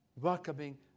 welcoming